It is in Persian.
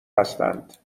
هستند